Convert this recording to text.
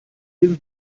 eben